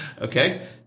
Okay